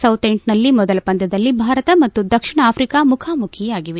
South ಎಂಬನ್ನಲ್ಲಿ ಮೊದಲ ಪಂದ್ಕದಲ್ಲಿ ಭಾರತ ಮತ್ತು ದಕ್ಷಿಣ ಆಫ್ರಿಕಾ ಮುಖಾಮುಖಿಯಾಗಿವೆ